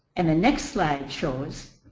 and the next slide shows